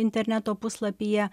interneto puslapyje